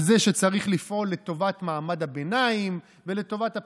על זה שצריך לפעול לטובת מעמד הביניים ולטובת הפריפריה,